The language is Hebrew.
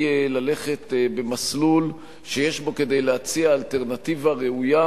ללכת במסלול שיש בו כדי להציע אלטרנטיבה ראויה,